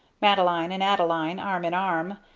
madeline and adeline, arm in arm,